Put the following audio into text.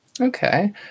Okay